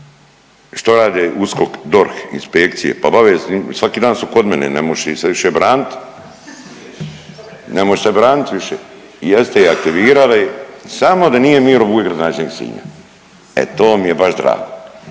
Što rade USKOK, DORH, inspekcije? Pa bave svaki dan su kod mene ne moš … više branit, ne moš se branit više i jeste i aktivirali samo da nije Miro Bulj gradonačelnik Sinja, e to mi je baš drago.